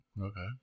Okay